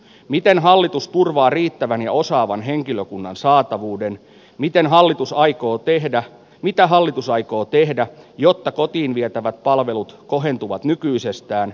mikään hallitus turvaa riittävän ja osaavan henkilökunnan saatavuuden miten hallitus aikoo tehdä mitä hallitus aikoo tehdä jotta kotiin vietävät palvelut kohentuvat nykyisestään